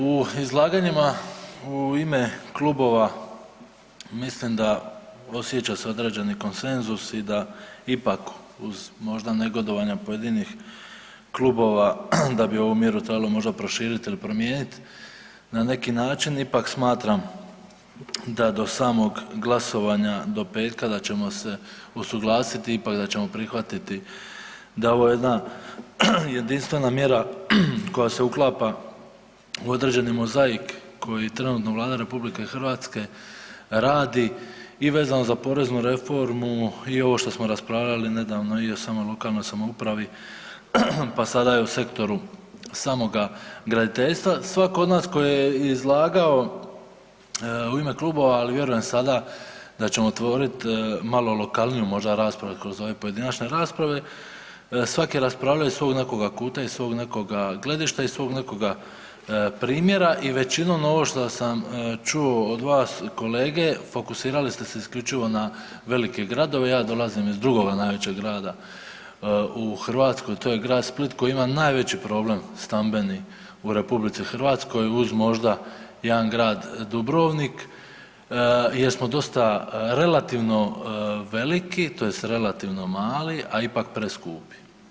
U izlaganjima u ime klubova mislim da osjeća se određeni konsenzus i da ipak uz možda negodovanja pojedinih klubova da bi ovu mjeru trebalo možda proširiti ili promijeniti, na neki način ipak smatram da do samog glasovanja, do petka, da ćemo usuglasiti, ipak da ćemo prihvatiti da je ovo jedna jedinstvena mjera koja se uklapa u određeni mozaik koji trenutno Vlada RH radi i vezano za poreznu reformu i ovo što smo raspravljali nedavno i o samoj lokalnoj samoupravi pa sada i o sektoru samoga graditeljstva, svatko od nas tko je izlagao u ime klubova ali vjerujem i sada, da ćemo otvoriti malo lokalniju možda raspravu kroz ove pojedinačne rasprave, svaki raspravljaju iz svog nekoga kuta, iz svog nekog gledišta, iz svog nekoga primjera i većinom ovo što sam čuo od vas kolege, fokusirali ste se isključivo na velike gradove, ja dolazim iz drugoga najvećeg grada u Hrvatskoj, to je grad Split koji ima najveći problem stambeni u RH uz možda jedan grad Dubrovnik jer smo dosta relativno veliki tj. relativno mali a ipak preskupi.